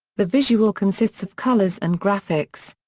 the visual consists of colors and graphics.